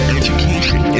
education